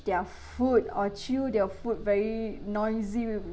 their food or chew their food very noisy with